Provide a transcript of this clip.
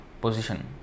position